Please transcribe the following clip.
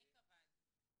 מי קבע את זה?